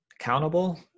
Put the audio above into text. Accountable